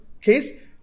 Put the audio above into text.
case